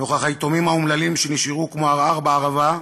נוכח היתומים האומללים שנשארו ערער בערבה,